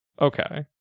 okay